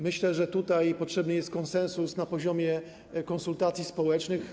Myślę, że tutaj potrzebny jest konsensus na poziomie konsultacji społecznych.